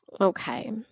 Okay